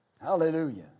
Hallelujah